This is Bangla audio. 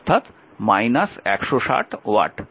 সুতরাং 160 ওয়াট